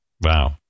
Wow